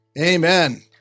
Amen